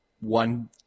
one